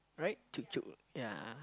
right tuk-tuk yeah